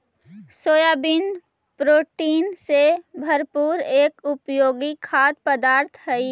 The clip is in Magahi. सोयाबीन प्रोटीन से भरपूर एक उपयोगी खाद्य पदार्थ हई